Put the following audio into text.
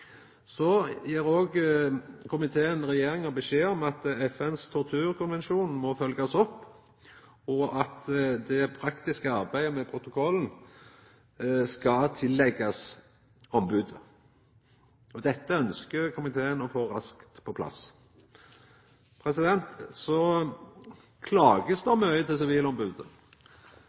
Så gjev òg komiteen regjeringa beskjed om at FNs torturkonvensjon må følgjast opp, og at det praktiske arbeidet med protokollen skal leggjast til ombodet. Dette ønskjer komiteen å få raskt på plass. Det blir klaga mykje til